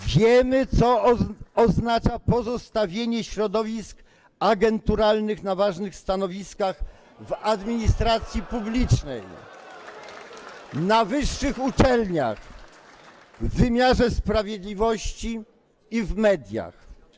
Wiemy, co oznacza pozostawienie środowisk agenturalnych na ważnych stanowiskach w administracji publicznej, [[Poruszenie na sali, oklaski]] na wyższych uczelniach, w wymiarze sprawiedliwości i w mediach.